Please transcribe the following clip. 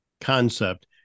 concept